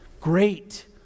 Great